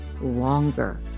longer